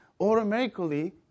automatically